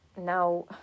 Now